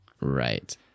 right